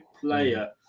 player